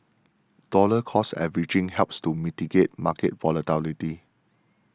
dollar cost averaging helps to mitigate market volatility